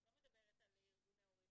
אני לא מדברת על ארגוני הורים.